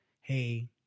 Hey